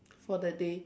for the day